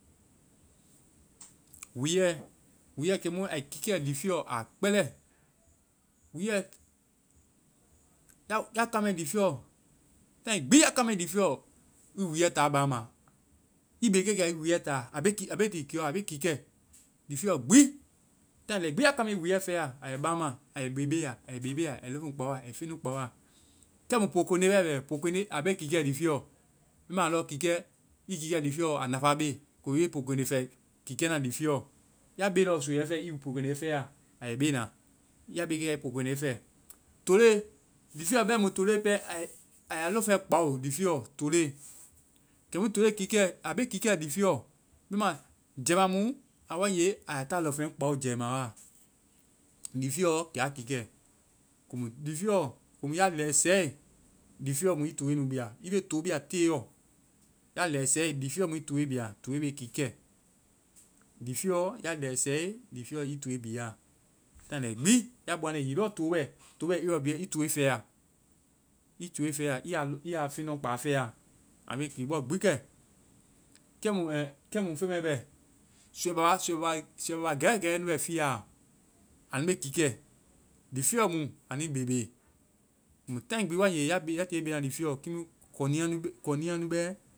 Wúuɛ. Wúuɛ, kɛmu ai kiikɛ lifiɛɔ, a kpɛlɛ. Wúuɛ, ya kamae lifiɛɔ, time gbi ya kamae lifiɛɔ, i wuuɛ taa baaŋma. I be kɛkia, i wúuɛ taa. A be ki-abe ti kiɔ. A be kiikɛ. Lifiɛɔ gbi. taaŋ lɛi gbi ya kamae, i wúuɛ fɛya. A bɛ baaŋma. Ai bebeya. Ai bebeya. Ai lɔŋfeŋ kpaoa. Ai feŋnu kpaoa. Kɛ mu pookonde wae bɛ. Pookonde, a be kiikɛ lifiɛɔ. Bɛma alɔ, kiikɛ, i kiikɛ lifiɛɔ, a nafa be. Komu i be pookonde fɛ kiikɛ na lifiɔ. Ya bee lɔ soiɛfɛ, i pookonde fɛ. A bɛ bena. Ya be kɛ, i pookonde fɛ toloe. Lifiɛɔ bɛɛ mu toloe ai a lɔŋfeŋ kpao. Kɛmu tole kiikɛ, a be kiikɛ lifiɛɔ. Bɛma jɛima mu a wae nge, ai a lɔŋfeŋ kpao jɛima wa. Lifiɛɔ kɛ a kiikɛ. Lifiɛɔ, hiŋi ya lɛɛ sɛɛ, lifiɛɔ mu i tole bia. I be tole bia teyɔ. Ya lɛɛ sɛɛ, lifiɛɔ mu i tole bia. Toloe be kiikɛ. Lifiɛɔ, ya lɛɛ sɛɛ, lifiɛɔ mu i tole bia. taaŋ lɛi gbi ya bɔaŋde, hiŋi lɔɔ tolo bɛ-tolo bɛ area mɛɔ, i toloe fɛya. I toloe fɛya. I ya feŋ lɔŋ kpáa fɛya. Anu be kii bɔ gbi kɛ. Kɛmu ɛɛ-kɛmu feŋ mɛ bɛ. Suuɛ babaa. Suuɛ babaa-súuɛ babaa gɛwɛ gɛwɛ bɛ fiaɔ. Anu be kiikɛ. lifiɛɔ mu anui bebe. Komu taaŋ gbi wae nge ya tiie-ya tiie be na lifiɛɔ, kiimu kɔnia-kɔnia nu bɛ,